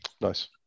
nice